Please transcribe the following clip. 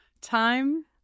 Time